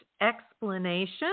explanation